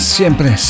Siempre